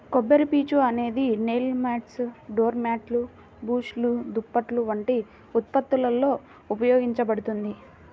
కొబ్బరిపీచు అనేది నేల మాట్స్, డోర్ మ్యాట్లు, బ్రష్లు, దుప్పట్లు వంటి ఉత్పత్తులలో ఉపయోగించబడుతుంది